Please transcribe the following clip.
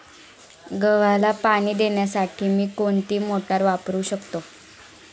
गव्हाला पाणी देण्यासाठी मी कोणती मोटार वापरू शकतो?